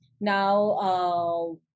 Now